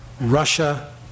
Russia